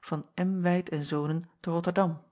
van m wijt en zonen te rotterdam